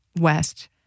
west